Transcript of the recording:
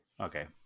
Okay